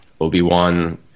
Obi-Wan